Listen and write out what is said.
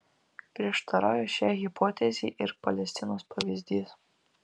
prieštarauja šiai hipotezei ir palestinos pavyzdys